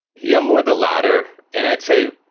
yeah, more the latter, and i'd say